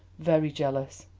very jealous!